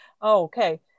Okay